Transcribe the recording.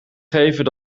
geven